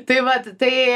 tai vat tai